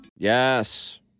Yes